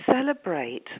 celebrate